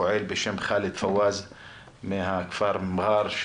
פועל בשם חאלד פואז מהכפר מע'אר,